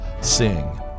sing